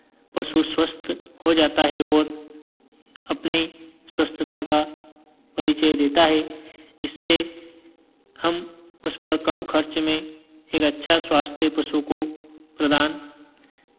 पशु स्वस्थ हो जाता है और अपने स्वस्थता का परिचय देता है जिससे हम उस पर कम खर्च में एक अच्छा स्वास्थ्य पशु को प्रदान